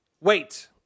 Wait